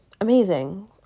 amazing